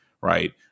Right